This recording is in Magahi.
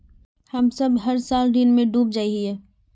हम सब हर साल ऋण में डूब जाए हीये?